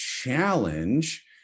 challenge